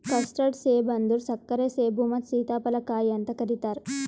custard ಸೇಬ ಅಂದುರ್ ಸಕ್ಕರೆ ಸೇಬು ಮತ್ತ ಸೀತಾಫಲ ಕಾಯಿ ಅಂತ್ ಕರಿತಾರ್